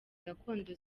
gakondo